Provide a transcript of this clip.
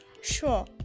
sure